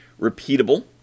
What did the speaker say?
repeatable